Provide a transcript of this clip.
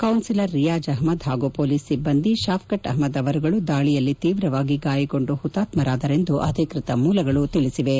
councillor Riyaz ಅಪ್ಲದ್ ಹಾಗೂ police ಸಿಬ್ಲಂದಿ ಶಾಫಟ್ ಅಪ್ಲದ್ ಅವರುಗಳು ದಾಳಿಯಲ್ಲಿ ತೀವ್ರವಾಗಿ ಗಾಯಗೊಂಡು ಹುತಾತ್ಪರಾದರೆಂದು ಅಧಿಕ್ಷತ ಮೂಲಗಳು ತಿಳಿಸಿವೆ